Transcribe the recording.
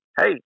Hey